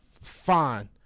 Fine